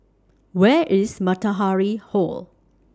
Where IS Matahari Hall